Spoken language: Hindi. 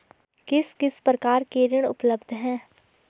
किस किस प्रकार के ऋण उपलब्ध हैं?